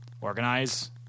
organize